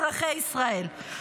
אזרחי ישראל.